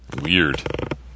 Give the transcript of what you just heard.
weird